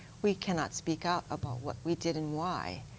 we cannot speak up about what we did and why.